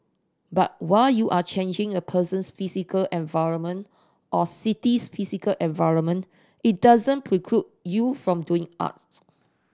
but while you are changing a person's physical environment or city's physical environment it doesn't preclude you from doing art